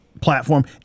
platform